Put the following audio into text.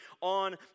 on